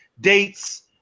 dates